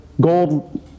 gold